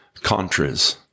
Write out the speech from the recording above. Contras